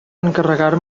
encarregar